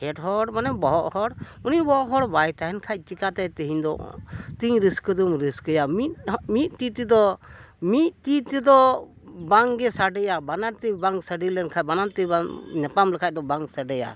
head ᱦᱚᱲ ᱢᱟᱱᱮ ᱵᱚᱦᱚᱜ ᱦᱚᱲ ᱩᱱᱤ ᱵᱚᱦᱚᱜ ᱦᱚᱲ ᱵᱟᱭ ᱛᱟᱦᱮᱱ ᱠᱷᱟᱱ ᱪᱤᱠᱟᱹᱛᱮ ᱛᱮᱦᱮᱧ ᱫᱚ ᱛᱤᱧ ᱨᱟᱹᱥᱠᱟᱹ ᱫᱚᱢ ᱨᱟᱹᱥᱠᱟᱹᱭᱟ ᱢᱤᱫ ᱛᱤ ᱛᱮᱫᱚ ᱢᱤᱫ ᱛᱤ ᱛᱮᱫᱚ ᱵᱟᱝᱜᱮ ᱥᱟᱰᱮᱭᱟ ᱵᱟᱱᱟᱨ ᱛᱤ ᱵᱟᱝ ᱥᱟᱰᱮ ᱞᱮᱱᱠᱷᱟᱱ ᱵᱟᱱᱟᱨ ᱛᱤ ᱵᱟᱝ ᱧᱟᱯᱟᱢ ᱞᱮᱠᱷᱟᱱ ᱫᱚ ᱵᱟᱝ ᱥᱟᱰᱮᱭᱟ